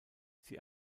sie